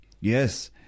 Yes